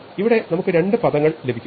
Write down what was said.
ഇവിടെ നമുക്ക് രണ്ട് പദങ്ങൾ ലഭിക്കുന്നു